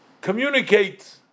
communicate